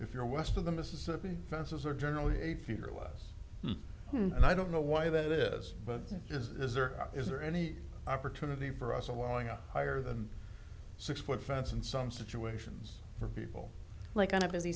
if you're west of the mississippi fences are generally a few are less and i don't know why that is but is there or is there any opportunity for us allowing a higher than six foot fence in some situations for people like on a busy